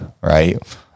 right